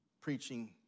preaching